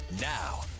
now